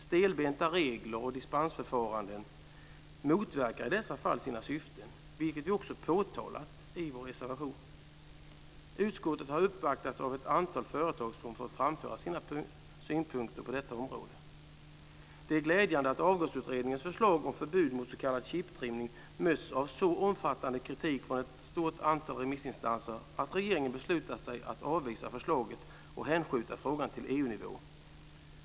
Stelbenta regler och dispensförfaranden motverkar i dessa fall sina syften, vilket vi också påtalar i vår reservation. Utskottet har uppvaktats av ett antal företag som har fått framföra sina synpunkter på detta område. Det är glädjande att Avgasutredningens förslag om förbud mot s.k. chiptrimning mötts av så omfattande kritik från ett stort antal remissinstanser att regeringen beslutat sig för att avvisa förslaget och hänskjuta frågan till EU-nivå.